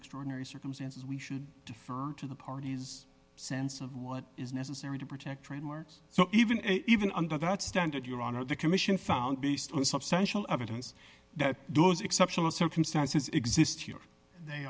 extraordinary circumstances we should defer to the parties sense of what is necessary to protect trademarks so even even under that standard your honor the commission found based on substantial evidence that those exceptional circumstances exist here they